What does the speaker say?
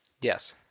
Yes